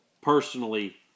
personally